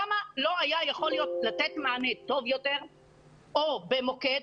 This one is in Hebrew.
למה לא היו יכולים לתת מענה טוב יותר או במוקד,